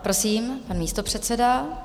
Prosím, pan místopředseda.